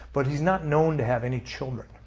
but he is not known to have any children.